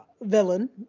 villain